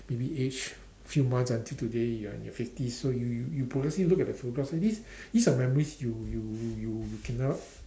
maybe aged few months until today you are in your fifties so you you you progressively look at the photographs so these these are memories you you you you cannot